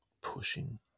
pushing